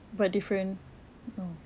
but different no